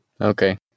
Okay